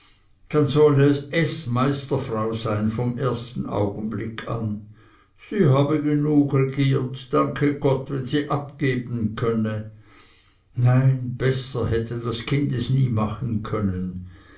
dann solle es meisterfrau sein vom ersten augenblick an sie habe genug regiert danke gott wenn sie abgeben könne nein besser hätte das kind es nie machen können